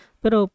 pero